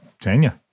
Tanya